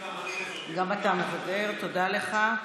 גם אתה מוותר, תודה לך.